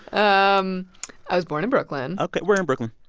um i was born in brooklyn ok, where in brooklyn?